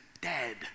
dead